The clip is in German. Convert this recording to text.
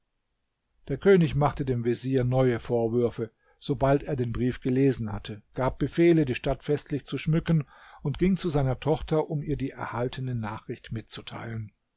der könig machte dem vezier neue vorwürfe sobald er den brief gelesen hatte gab befehle die stadt festlich zu schmücken und ging zu seiner tochter um ihr die erhaltene nachricht mitzuteilen